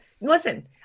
listen